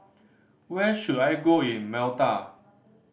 where should I go in Malta